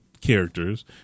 characters